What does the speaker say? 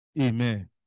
Amen